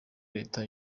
leta